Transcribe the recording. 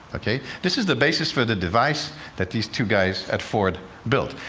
ok? this is the basis for the device that these two guys at ford built.